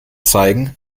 zeigen